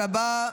תודה רבה.